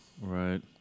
Right